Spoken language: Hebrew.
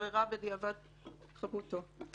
התבררה בדיעבד חפותו.